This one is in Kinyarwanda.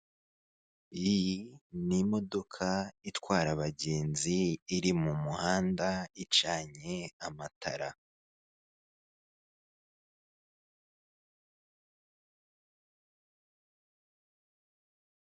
Iyi ni imodoka itwara abagenzi iri mu muhanda icanye amatara.